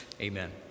Amen